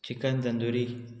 chicken tandoori